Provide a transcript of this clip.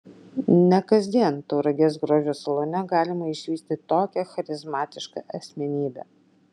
ne kasdien tauragės grožio salone galima išvysti tokią charizmatišką asmenybę